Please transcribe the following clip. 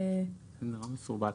זה נורא מסורבל.